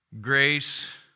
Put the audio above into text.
grace